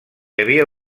havia